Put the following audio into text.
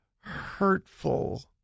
hurtful